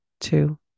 two